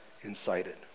incited